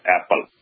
Apple